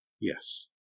Yes